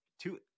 two